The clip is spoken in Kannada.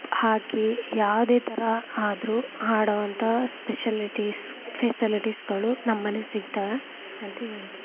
ಹಾಕಿ ಯಾವುದೇ ಥರ ಆದರೂ ಆಡುವಂಥ ಸ್ಪೆಷಲಿಟೀಸ್ ಫೆಸಲಿಟೀಸ್ಗಳು ನಮ್ಮಲ್ಲಿ ಸಿಗ್ತವೆ ಅಂತ ಹೇಳ್ತಿನ್